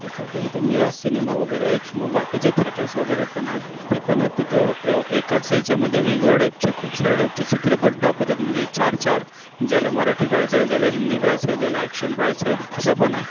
जसं आता इथं मिराज सिनेमा वगैरे आहे किंवा बाकीचे थिएटर्स वगैरे पण आहेत ते पण आहेत तिथं एकाच ह्याच्यामध्ये वेगवेगळ्या टाइपचे खूप साऱ्या टाइपचे चित्रपट दाखवतात म्हणजे चार चार ज्याला मराठी पहायचा आहे ज्याला हिंदी पहायचा आहे ज्याला ॲक्शन पहायचा आहे असं पण आहे